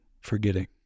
forgetting